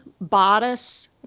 bodice